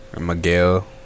Miguel